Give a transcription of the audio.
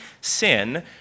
sin